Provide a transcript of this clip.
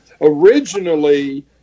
originally